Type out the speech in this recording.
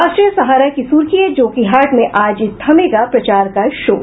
राष्ट्रीय सहारा की सुर्खी है जोकीहाट में आज थमेगा प्रचार का शोर